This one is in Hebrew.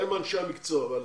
הם אנשי המקצוע אבל